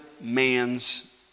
man's